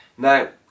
Now